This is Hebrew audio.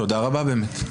תודה רבה, באמת.